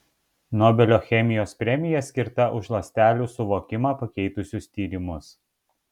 nobelio chemijos premija skirta už ląstelių suvokimą pakeitusius tyrimus